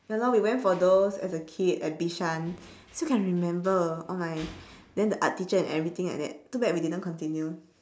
ya lor we went for those as a kid at bishan still can remember all my then the art teacher and everything like that too bad we didn't continue